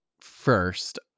first